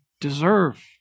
deserve